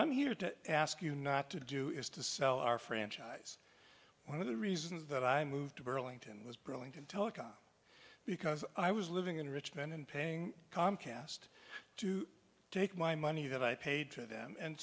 i'm here to ask you not to do is to sell our franchise one of the reasons that i moved to burlington was brilliant in telecom because i was living in richmond and paying comcast to take my money that i paid to them and